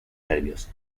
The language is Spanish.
nervios